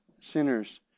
sinners